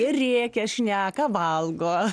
ir rėkia šneka valgo